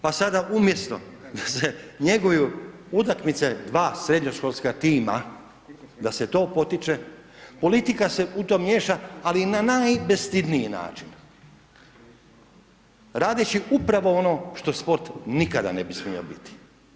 Pa sada umjesto da se njeguju utakmice dva srednjoškolska tima, da se to potiče, politika se u to miješa ali na najbestidniji način radeći upravo ono što sport nikada ne bi smio biti.